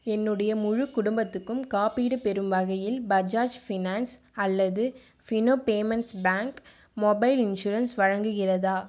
என்னுடைய முழு குடும்பத்துக்கும் காப்பீடு பெறும் வகையில் பஜாஜ் ஃபினான்ஸ் அல்லது Fino payments bank mobile insurance வழங்குகிறதா